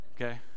Okay